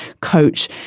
coach